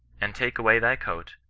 and take away thy coat,